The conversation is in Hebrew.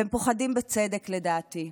והם פוחדים בצדק, לדעתי.